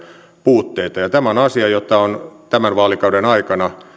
puutteita tämä on asia jota on tämän vaalikauden aikana